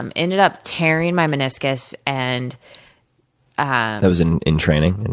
um ended up tearing my meniscus, and that was in in training, and